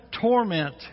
torment